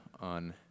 on